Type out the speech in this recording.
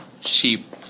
sheep